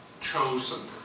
chosen